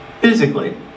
physically